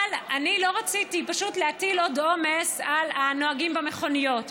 אבל אני לא רציתי פשוט להטיל עוד עומס על הנוהגים במכוניות,